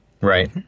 Right